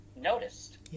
noticed